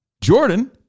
Jordan